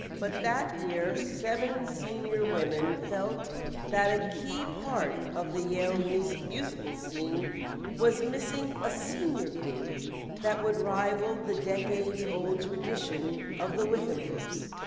but that year seven senior women felt that a key part of the yale musical scene was missing a senior group that would rival the decades old tradition of the whiffenpoofs.